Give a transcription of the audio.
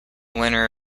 winner